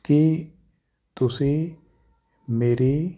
ਕੀ ਤੁਸੀਂ ਮੇਰੀ